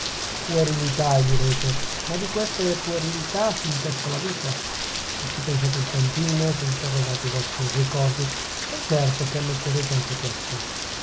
spigolo puerilità direte ma di queste puerilità s'intesse la vita se ci pensate un tantino se interrogate i vostri ricordi son certo che ammetterete anche questo